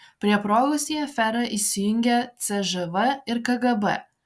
prie progos į aferą įsijungia cžv ir kgb